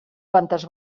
quantes